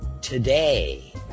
Today